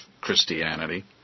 christianity